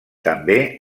també